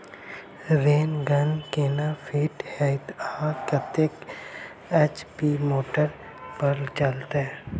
Rain gun केना fit हेतइ आ कतेक एच.पी मोटर पर चलतै?